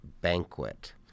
Banquet